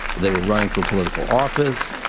they were running for political office.